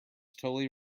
totally